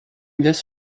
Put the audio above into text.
this